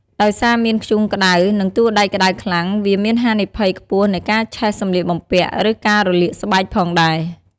ដោយសារមានធ្យូងក្តៅ និងតួដែកក្តៅខ្លាំង វាមានហានិភ័យខ្ពស់នៃការឆេះសម្លៀកបំពាក់ ឬការរលាកស្បែកផងដែរ។